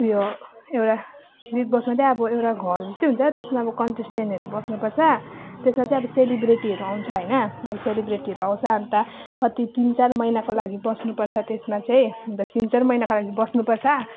उयो एउटा बिग बोसमा चाहिँ अब एउटा घर जस्तै हुन्छ त्यसमा अब कन्टेस्टेन्टहरू बस्नु पर्छ त्यसमा चाहिँ सेलिब्रेटीहरू आउँछ होइन अब सेलिब्रेटीहरू आउँछ अन्त कति तिन चार महिनाको लागि बस्नु पर्छ त्यसमा चाहिँ अन्त तिन चार महिनाको लागि बस्नु पर्छ